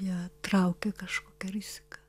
ją traukia kažkokia rizika